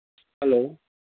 hello